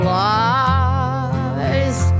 lies